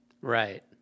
right